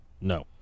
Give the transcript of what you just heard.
No